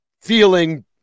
feeling